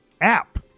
app